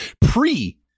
Pre